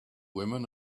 women